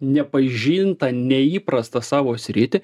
nepažintą neįprastą savo sritį